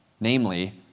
namely